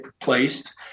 placed